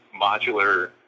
modular